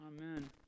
amen